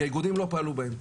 כי האיגודים לא פעלו בהם.